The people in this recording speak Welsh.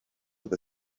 fydd